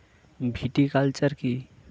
Viticulture কী?